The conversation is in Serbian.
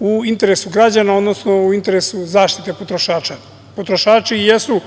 u interesu građana, odnosno u interesu zaštite potrošača. Potrošači jesu